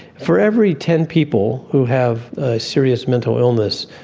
for every ten people who have a serious mental illness,